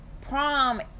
prom